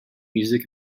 music